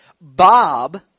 Bob